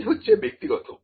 knowledge হচ্ছে ব্যক্তিগত